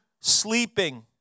sleeping